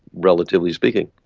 relatively speaking.